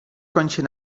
kącie